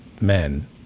men